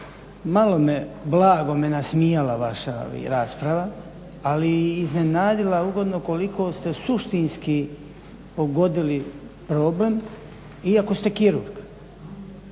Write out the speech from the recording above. malo me blago me nasmijala vaša rasprava, ali i iznenadila ugodno koliko ste suštinski pogodili problem iako ste kirurg.